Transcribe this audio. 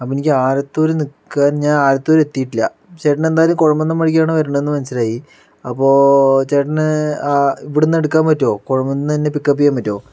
അപ്പോൾ എനിക്ക് ആലത്തൂർ നിക്കാൻ ഞാൻ ആലത്തൂർ എത്തീട്ടില്ല ചേട്ടൻ എന്തായാലും കൊഴമന്നം വഴിക്കാണ് വരുന്നത് എന്ന് മനസിലായി അപ്പോൾ ചേട്ടന് ആ ഇവിടുന്ന് എടുക്കാൻ പറ്റുമോ ഒന്ന് എന്നെ പിക്കപ്പ് ചെയ്യാൻ പറ്റുമോ